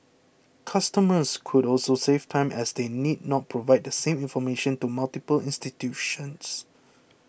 customers could also save time as they need not provide the same information to multiple institutions